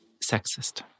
sexist